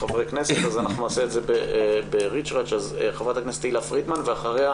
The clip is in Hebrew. חברת הכנסת תהלה פרידמן ואחריה